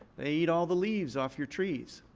they eat all the leaves off your trees.